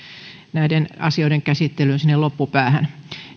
näiden asioiden käsittelyn loppupäähän